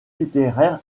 littéraire